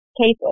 cases